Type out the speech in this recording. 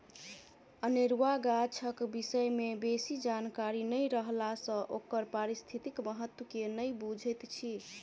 अनेरुआ गाछक विषय मे बेसी जानकारी नै रहला सँ ओकर पारिस्थितिक महत्व के नै बुझैत छी